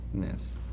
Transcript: Yes